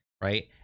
right